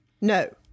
No